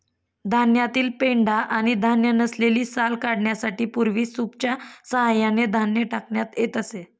धान्यातील पेंढा आणि धान्य नसलेली साल काढण्यासाठी पूर्वी सूपच्या सहाय्याने धान्य टाकण्यात येत असे